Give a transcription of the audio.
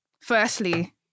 firstly